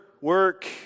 work